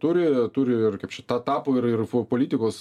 turi turi ir kaip šita tapo ir ir politikos